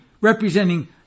representing